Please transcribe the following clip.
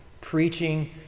preaching